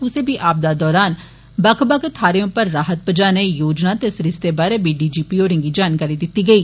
कुसै बी आपदा दौरान बक्ख बक्ख थाह्रें उप्पर राह्त पुजाने योजना ते सरिस्तें बारे बी डीआईजी होरें गी जानकारी दित्ती गेई